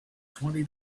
twenty